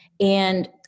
And-